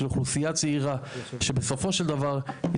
של אוכלוסייה צעירה שבסופו של דבר היא